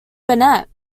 bennet